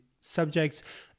subjects